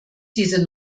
diese